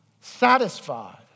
Satisfied